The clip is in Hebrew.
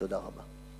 תודה רבה.